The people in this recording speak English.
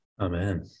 Amen